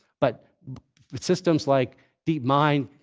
but systems like deepmind,